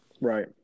Right